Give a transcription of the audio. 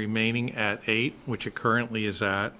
remaining at eight which it currently is that